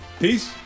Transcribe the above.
Peace